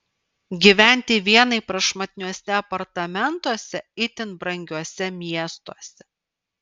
gyventi vienai prašmatniuose apartamentuose itin brangiuose miestuose